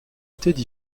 étaient